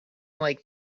like